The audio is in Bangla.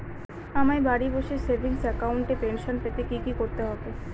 আমায় বাড়ি বসে সেভিংস অ্যাকাউন্টে পেনশন পেতে কি কি করতে হবে?